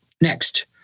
Next